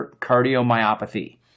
cardiomyopathy